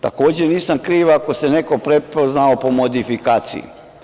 Takođe nisam kriv ako se neko prepoznao po modifikaciji.